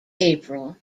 april